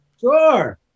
Sure